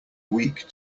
weak